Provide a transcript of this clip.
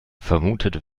vermutet